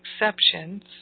exceptions